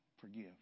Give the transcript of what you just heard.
forgive